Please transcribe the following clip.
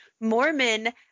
Mormon